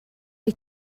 wyt